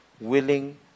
willing